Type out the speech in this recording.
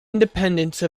independence